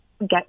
get